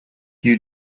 you